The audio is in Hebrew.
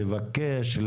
לבקש,